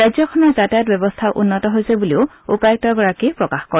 ৰাজ্যখনৰ যাতায়াত ব্যৱস্থাও উন্নত হৈছে বুলি উপায়ুক্তগৰাকীয়ে প্ৰকাশ কৰে